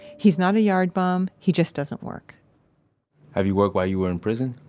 he's not a yard bum, he just doesn't work have you worked while you were in prison?